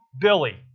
Billy